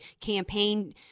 campaign –